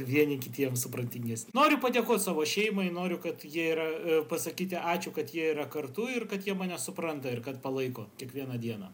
vieni kitiems supratingesni noriu padėkot savo šeimai noriu kad jie yra pasakyti ačiū kad jie yra kartu ir kad jie mane supranta ir kad palaiko kiekvieną dieną